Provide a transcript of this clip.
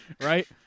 right